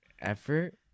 effort